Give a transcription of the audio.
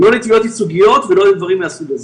לא לתביעות ייצוגיות ולא לדברים מהסוג הזה.